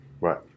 right